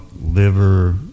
liver